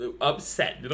upset